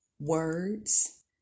Words